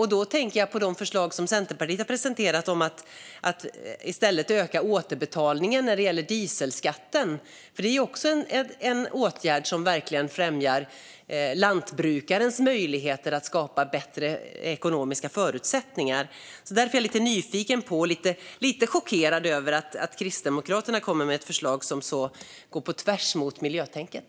Här tänker jag på de förslag som Centerpartiet har presenterat om att i stället öka återbetalningen när det gäller dieselskatten. Det är ju också en åtgärd som verkligen främjar lantbrukarens möjligheter att skapa bättre ekonomiska förutsättningar. Men det gör mig både lite nyfiken och lite chockerad att Kristdemokraterna kommer med ett förslag som går så på tvärs mot miljötänket.